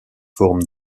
forme